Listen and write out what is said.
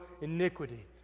iniquity